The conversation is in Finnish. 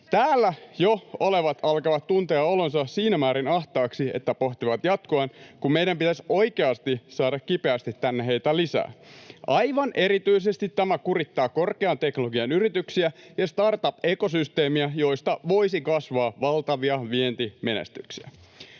Täällä jo olevat alkavat tuntea olonsa siinä määrin ahtaaksi, että pohtivat jatkoaan, kun meidän pitäisi oikeasti saada kipeästi heitä tänne lisää. Aivan erityisesti tämä kurittaa korkean teknologian yrityksiä ja startup-ekosysteemiä, joista voisi kasvaa valtavia vientimenestyksiä.